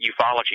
ufology